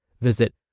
Visit